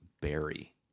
berry